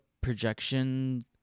projection